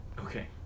Okay